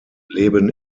leben